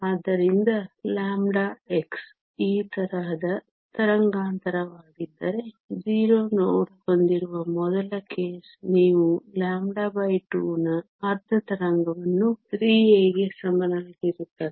ಆದ್ದರಿಂದ λ x ಈ ತರಂಗದ ತರಂಗಾಂತರವಾಗಿದ್ದರೆ 0 ನೋಡ್ ಹೊಂದಿರುವ ಮೊದಲ ಕೇಸ್ ನೀವು 2 ನ ಅರ್ಧ ತರಂಗವನ್ನು 3a ಗೆ ಸಮನಾಗಿರುತ್ತದೆ